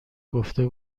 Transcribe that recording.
گفته